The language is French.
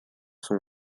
sont